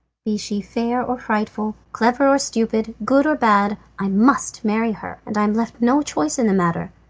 be she fair or frightful, clever or stupid, good or bad, i must marry her, and am left no choice in the matter.